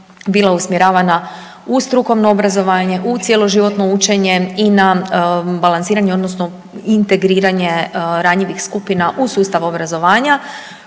bila usmjeravana u strukovno obrazovanje, u cjeloživotno učenje i na balansiranje odnosno integriranje ranjivih skupina u sustavu obrazovanja